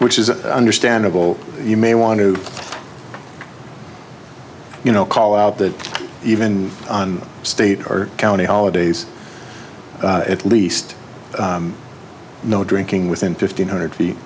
which is understandable you may want to you know call that even state or county holidays at least no drinking within fifteen hundred feet